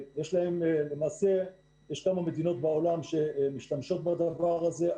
יש כמה מדינות בעולם שמשתמשות בדבר הזה.